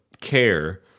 care